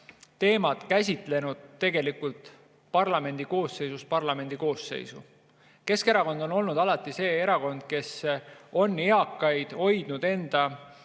teemat käsitlenud parlamendi koosseisust parlamendi koosseisu. Keskerakond on olnud alati see erakond, kes on eakaid hoidnud enda